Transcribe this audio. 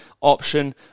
option